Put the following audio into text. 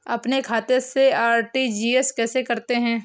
अपने खाते से आर.टी.जी.एस कैसे करते हैं?